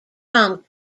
tom